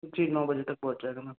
ठीक नौ बजे तक पहुँचा दूंगा